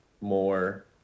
more